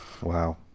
Wow